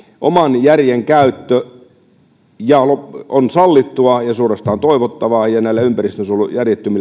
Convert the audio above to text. oman järjen käyttö on sallittua ja suorastaan toivottavaa ja että näitä järjettömiä